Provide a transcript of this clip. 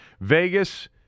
Vegas